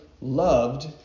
loved